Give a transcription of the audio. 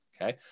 okay